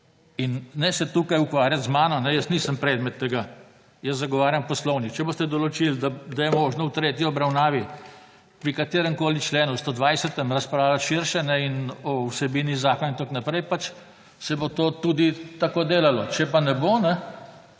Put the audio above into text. In ne se tukaj ukvarjati z mano, jaz nisem predmet tega, jaz zagovarjam Poslovnik, če boste določili, da je možno v tretji obravnavi pri kateremkoli členu 120. razpravljali širše in o vsebini zakona in tako naprej, pač se bo to tako tudi delalo, če pa ne bo, če